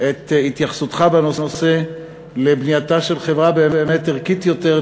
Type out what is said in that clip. את התייחסותך בנושא לבנייתה של חברה באמת ערכית יותר,